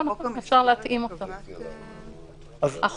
אפשר להתאים את זה לחוק המסגרת.